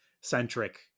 centric